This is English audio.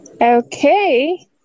Okay